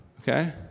okay